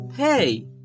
Hey